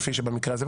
כפי שבמקרה הזה,